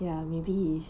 ya maybe he is